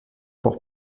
pour